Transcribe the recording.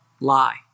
lie